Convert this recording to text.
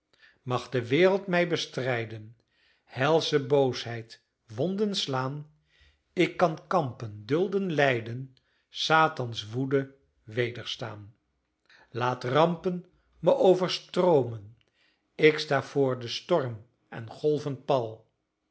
mag de wereld mij bestrijden helsche boosheid wonden slaan ik kan kampen dulden lijden satans woede wederstaan laten rampen me overstroomen k sta voor storm en golven pal